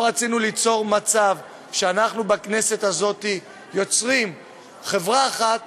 רצינו ליצור מצב שאנחנו בכנסת הזאת יוצרים חברה אחת